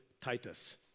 Titus